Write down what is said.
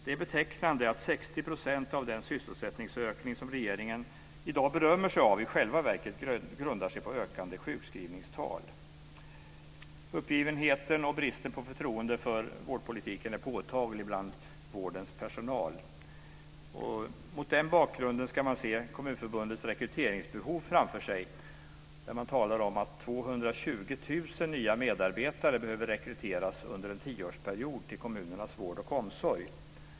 Det är betecknande att 60 % av den sysselsättningsökning som regeringen i dag berömmer sig av i själva verket grundar sig på ökande sjukskrivningstal. Uppgivenheten och bristen på förtroende för vårdpolitiken är påtaglig bland vårdens personal. Mot den bakgrunden ska man se Kommunförbundets rekryteringsbehov framför sig. Man talar om att 220 000 nya medarbetare behöver rekryteras under en tioårsperiod till kommunernas vård och omsorg.